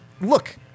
Look